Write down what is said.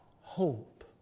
hope